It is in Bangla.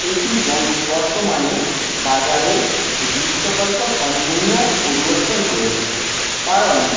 এটি বর্তমানের বাজারের কল্প সম্পূর্ণ পরিবর্তন করেছে কারণ